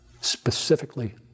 specifically